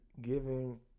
giving